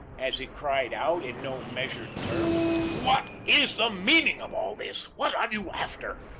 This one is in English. as he cried out in no measured terms what is the meaning of all this? what are you after?